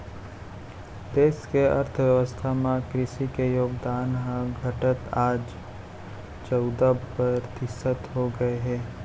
देस के अर्थ बेवस्था म कृसि के योगदान ह घटत आज चउदा परतिसत हो गए हे